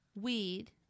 weed